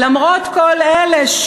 למרות כל אלה,